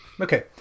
Okay